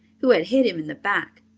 who had hit him in the back,